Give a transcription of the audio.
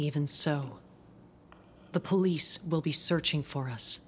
even so the police will be searching for us